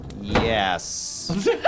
Yes